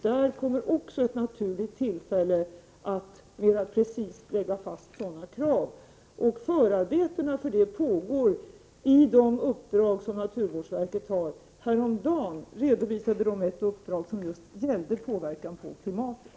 Där kommer också ett naturligt tillfälle att mer precist lägga fast sådana krav. Förarbetena för detta pågår och ingår i de uppdrag som naturvårdsverket har. Häromdagen redovisade de ett uppdrag som just gällde påverkan på klimatet.